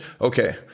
okay